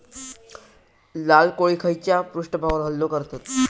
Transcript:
लाल कोळी खैच्या पृष्ठभागावर हल्लो करतत?